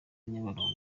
nyabarongo